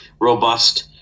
robust